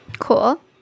Cool